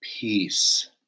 Peace